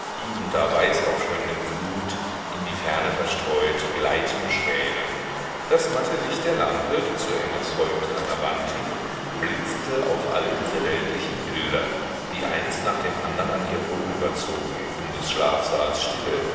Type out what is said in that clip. da weiß aufschäumenden flut in die ferne verstreut gleitende schwäne das matte licht der lampe die zu emmas häupten an der wand hing blinzelte auf alle diese weltlichen bilder die eins nach dem andern an ihr vorüberzogen in des schlafsaales stille